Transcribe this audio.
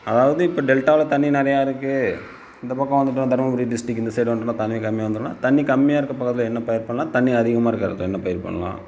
அதாவது இப்போ டெல்ட்டாவில் தண்ணி நிறையா இருக்குது இந்த பக்கம் வந்துவிட்டா தருமபுரி டிஸ்ரிக்ட் இந்த சைடு வந்துவிட்டோன தண்ணி கம்மி வந்துவிடும்னா தண்ணி கம்மியாக இருக்கிற பகுதியில் என்ன பயிர் பண்ணலாம் தண்ணி அதிகமாக இருக்கிறதுல என்னா பயிர் பண்ணலாம்